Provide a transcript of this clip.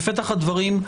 בפתח הדברים,